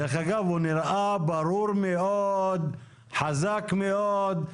דרך אגב, הוא נראה ברור מאוד, חזק מאוד.